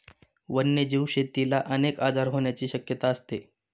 वन्यजीव शेतीला अनेक आजार होण्याची शक्यता असते